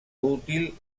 útil